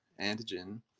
antigen